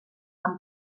amb